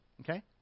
Okay